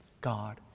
God